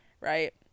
Right